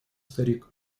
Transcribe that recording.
старик